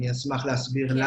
ואני אשמח להסביר.